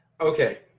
Okay